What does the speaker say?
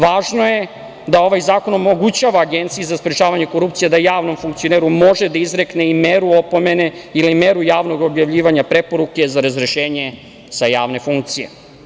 Važno je da ovaj Zakon omogućava Agenciji za sprečavanje korupcije da javnom funkcioneru može da izrekne i meru opomene ili meru javnog objavljivanja preporuke za razrešenje sa javne funkcije.